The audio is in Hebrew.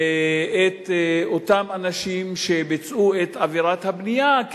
את אותם אנשים שביצעו את עבירת הבנייה,